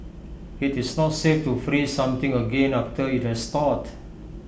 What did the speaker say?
IT is not safe to freeze something again after IT has thawed